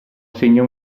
segna